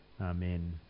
Amen